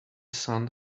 sun